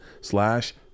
slash